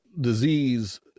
disease